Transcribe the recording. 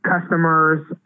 customers